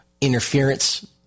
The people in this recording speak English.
interference